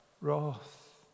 wrath